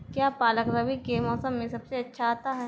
क्या पालक रबी के मौसम में सबसे अच्छा आता है?